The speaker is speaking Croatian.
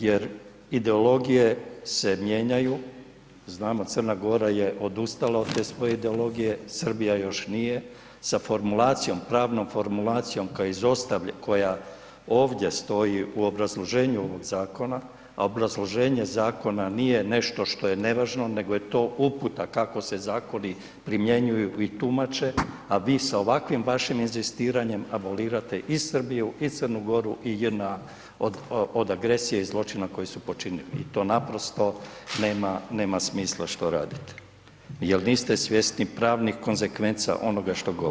Jer ideologije se mijenjaju, znamo Crna Gora je odustala od te svoje ideologije, Srbija još nije, sa formulacijom, pravnom formulacijom koja je, ... koja ovdje stoji u obrazloženju ovog zakona a obrazloženje zakona nije nešto što je nevažno nego je to uputa kako se zakoni primjenjuju i tumače a vi sa ovakvim vašim inzistiranjem abolirate i Srbiju i Crnu Goru i JNA od agresije i zločina koji su počinili i to naprosto nema smisla što radite jer niste svjesni pravnih konsekvenca onoga što govorite.